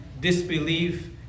disbelief